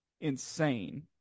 Insane